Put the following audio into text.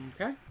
Okay